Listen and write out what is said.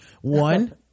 One